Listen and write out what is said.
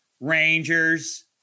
Rangers